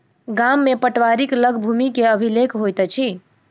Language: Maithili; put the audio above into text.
गाम में पटवारीक लग भूमि के अभिलेख होइत अछि